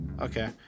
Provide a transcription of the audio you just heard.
Okay